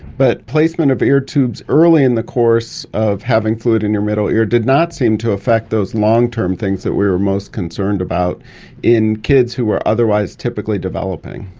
but placement of ear tubes early in the course of having fluid in your middle ear did not seem to affect those long-term things that we were most concerned about in kids who were otherwise typically developing.